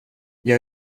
jag